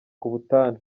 ubutane